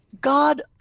God